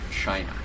China